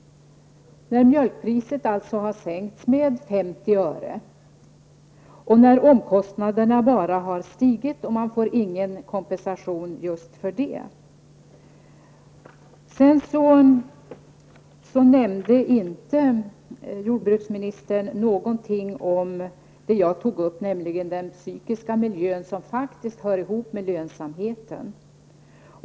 Mjölkpriset har alltså sänkts med 50 öre, och omkostnaderna har bara stigit, och man får ingen kompensation för just det. Jordbruksministern nämnde inte någonting om det jag tog upp, nämligen den psykiska miljö som faktiskt hör ihop med lönsamheten.